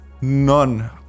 none